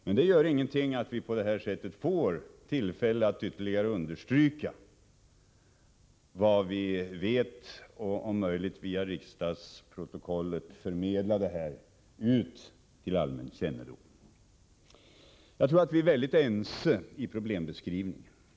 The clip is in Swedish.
Men det gör ingenting att vi på det här sättet får tillfälle att ytterligare understryka vad vi vet och, om möjligt, via riksdagsprotokollet förmedla det till allmän kännedom. Jag tror att vi i stort sett är ense i fråga om problembeskrivningen.